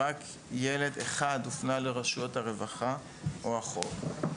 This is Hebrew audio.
רק ילד אחד הופנה לרשויות הרווחה או החוק.